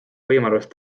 võimalust